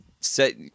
set